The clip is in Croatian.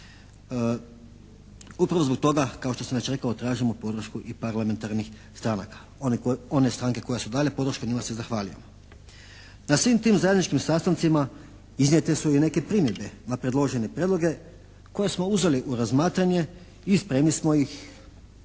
Upravo zbog toga, kao što sam već rekao tražimo podršku i parlamentarnih stranaka. One stranke koje su dale podršku njima se zahvaljujem. Na svim tim zajedničkim sastancima iznijete su i neke primjedbe, a predložene prijedloge koje smo uzeli u razmatranje i spremni smo ih